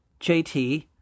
JT